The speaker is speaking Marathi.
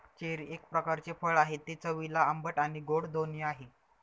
चेरी एक प्रकारचे फळ आहे, ते चवीला आंबट आणि गोड दोन्ही आहे